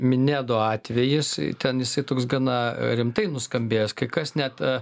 minedo atvejis ten jisai toks gana rimtai nuskambėjęs kai kas net